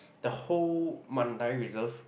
the whole Mandai reserve